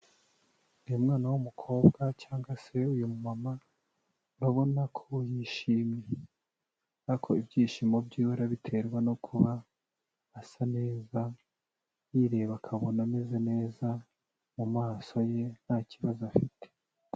Uyu mwana w'umukobwa cyangwa se uyu mama, urabona ko yishimye, ariko ibyishimo byiwe arabiterwa no kuba asa neza, yireba akabona ameze neza mu maso ye ntakibazo afite.